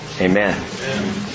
Amen